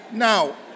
Now